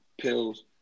pills